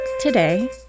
Today